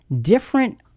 different